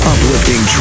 Uplifting